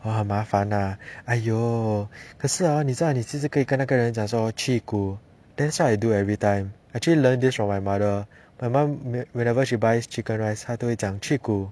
!wah! 很麻烦 ah !aiyo! 可是 hor 你在你其实可以跟那个人讲说去骨 that's what I do every time actually I learned this from my mother my mum wherever she buys chicken rice 他都会讲去骨